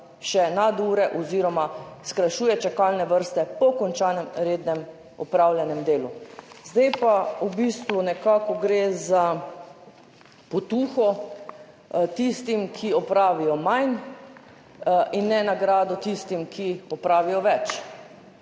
še nadure oziroma skrajšuje čakalne vrste po končanem rednem opravljenem delu. Zdaj pa v bistvu nekako gre za potuho tistim, ki opravijo manj, in ne nagrado tistim, ki opravijo več.